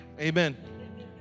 Amen